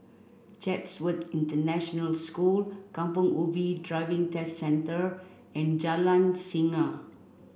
Chatsworth International School Kampong Ubi Driving Test Centre and Jalan Singa